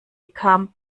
kam